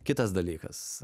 kitas dalykas